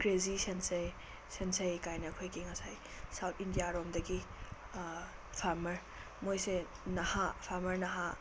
crazy ꯁꯦꯟꯁꯦ ꯁꯦꯟꯁꯩ ꯀꯥꯏꯅ ꯑꯩꯈꯣꯏꯒꯤ ꯉꯁꯥꯏ ꯁꯥꯎꯠ ꯏꯟꯗꯤꯌꯥꯔꯣꯝꯗꯒꯤ ꯐꯥꯔꯃꯔ ꯃꯣꯏꯁꯦ ꯅꯍꯥ ꯐꯥꯔꯃꯔ ꯅꯍꯥ